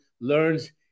learns